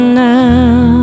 now